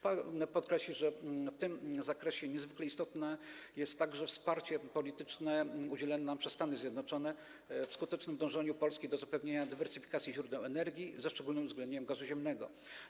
Pragnę podkreślić, że w tym zakresie niezwykle istotne jest także wsparcie polityczne udzielone nam przez Stany Zjednoczone w skutecznym dążeniu Polski do zapewnienia dywersyfikacji źródeł energii, ze szczególnym uwzględnieniem gazu ziemnego.